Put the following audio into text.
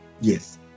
yes